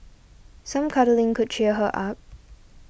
some cuddling could cheer her up